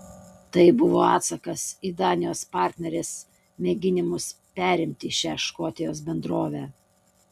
tai buvo atsakas į danijos partnerės mėginimus perimti šią škotijos bendrovę